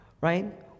right